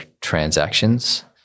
transactions